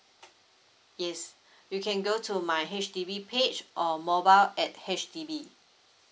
yes you can go to my H_D_B page or mobile at H_D_B